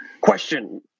Question